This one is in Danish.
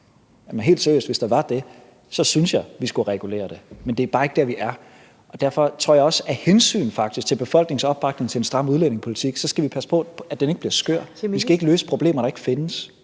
Helt seriøst, hvis der var det, så synes jeg, vi skulle regulere det, men det er bare ikke der, vi er, og derfor tror jeg også, faktisk af hensyn til befolkningens opbakning til en stram udlændingepolitik, at vi skal passe på, at den ikke bliver skør. Vi skal ikke løse problemer, der ikke findes.